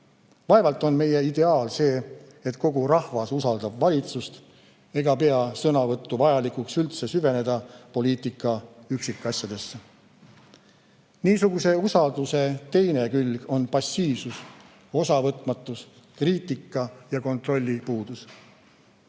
Vaevalt on meie ideaal see, et kogu rahvas usaldab valitsust ega pea seetõttu vajalikuks üldse süveneda poliitika üksikasjadesse. Niisuguse usalduse teine külg on passiivsus, osavõtmatus, kriitika ja kontrolli puudus.